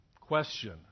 Question